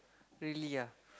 really ah